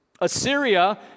Assyria